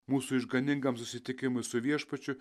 mūsų išganingam susitikimui su viešpačiu